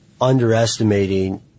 underestimating